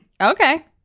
Okay